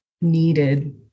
needed